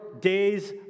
days